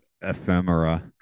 ephemera